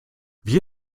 wir